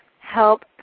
help